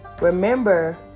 Remember